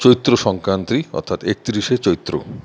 চৈত্র সংক্রান্তি অর্থাৎ একতিরিশে চৈত্র